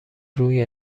روی